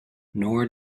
nor